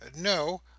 No